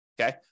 Okay